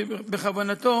וכי בכוונתו